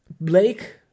Blake